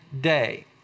day